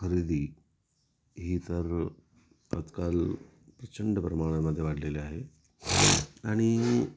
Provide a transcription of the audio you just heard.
खरेदी ही तर आजकाल प्रचंड प्रमाणामध्ये वाढलेली आहे आणि